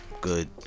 Good